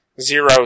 zero